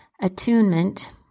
Attunement